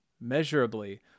measurably